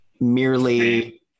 Merely